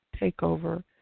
takeover